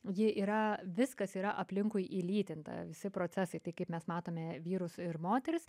ji yra viskas yra aplinkui įlytinta visi procesai tai kaip mes matome vyrus ir moteris